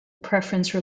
preference